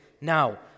Now